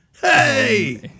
Hey